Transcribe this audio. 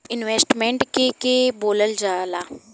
Investment के के बोलल जा ला?